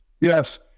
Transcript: Yes